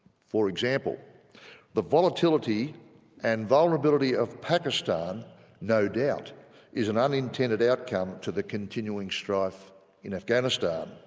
for example the volatility and vulnerability of pakistan no doubt is an unintended outcome to the continuing strife in afghanistan.